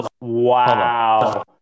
Wow